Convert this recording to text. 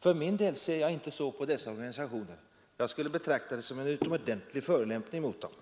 För min del ser jag inte så på dessa organisationer. Jag skulle betrakta det som en utomordentlig förolämpning mot dem.